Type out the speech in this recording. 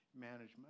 management